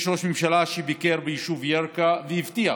יש ראש ממשלה שביקר ביישוב ירכא והבטיח